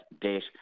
date